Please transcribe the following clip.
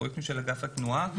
פרויקטים של אגף התנועה.